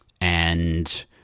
And-